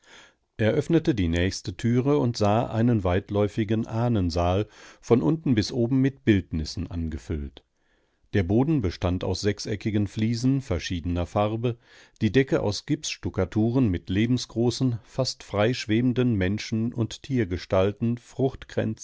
öffnete die nächste türe und sah einen weitläufigen ahnensaal von unten bis oben mit bildnissen angefüllt der boden bestand aus sechseckigen fliesen verschiedener farbe die decke aus gipsstukkaturen mit lebensgroßen fast frei schwebenden menschen und tiergestalten